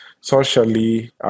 socially